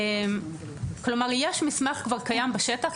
כלומר יש כבר מסמך קיים בשטח,